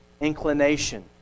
inclination